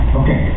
okay